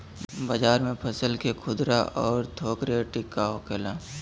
बाजार में फसल के खुदरा और थोक रेट का होखेला?